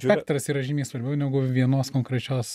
spektras yra žymiai svarbiau negu vienos konkrečios